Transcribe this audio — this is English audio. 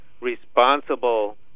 responsible